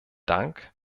dank